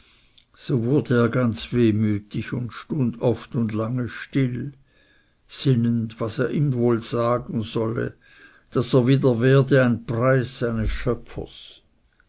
so wurde er ganz wehmütig und stund oft und lange still sinnend was er ihm wohl sagen solle daß er wie der werde ein preis seines schöpfers